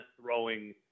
throwing